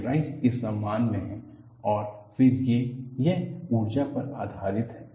यह राइस के सम्मान में है और फिर से यह ऊर्जा पर आधारित है